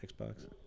Xbox